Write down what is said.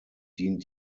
dient